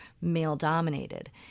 male-dominated